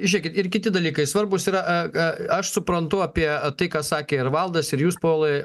žiūrėkit ir kiti dalykai svarbūs yra a a aš suprantu apie tai ką sakė ir valdas ir jūs povilai